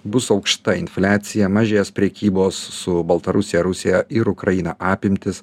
bus aukšta infliacija mažės prekybos su baltarusija rusija ir ukraina apimtys